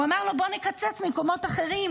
הוא אמר לו: בוא נקצץ ממקומות אחרים,